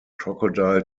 crocodile